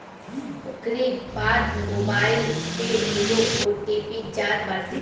ओकरी बाद मोबाईल पे एगो ओ.टी.पी जात बाटे